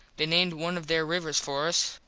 they named one of there rivers for us.